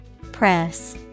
Press